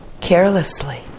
carelessly